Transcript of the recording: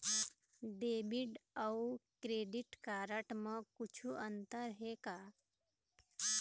Debit अऊ credit card म कुछू अंतर हे का?